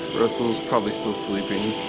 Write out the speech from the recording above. russel's probably still sleeping.